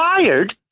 fired